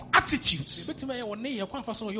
attitudes